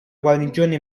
guarnigione